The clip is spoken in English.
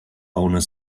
owner